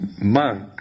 monk